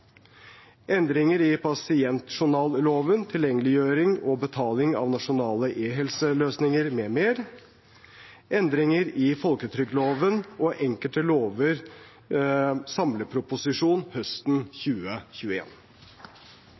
Endringer i pasientjournalloven (Prop. 3 L Endringer i folketrygdloven og enkelte andre lover